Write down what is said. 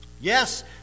Yes